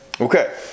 Okay